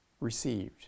received